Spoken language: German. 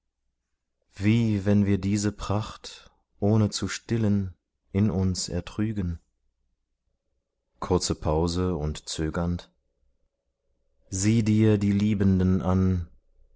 wie wenn wir diese pracht ohne zu stillen in uns ertrügen kurze pause und zögernd sieh dir die liebenden an